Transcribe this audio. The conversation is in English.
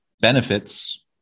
benefits